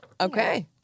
Okay